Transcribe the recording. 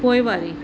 पोइवारी